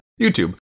YouTube